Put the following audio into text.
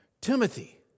Timothy